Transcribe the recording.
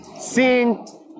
seeing